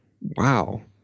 Wow